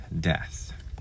death